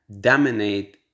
dominate